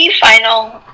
final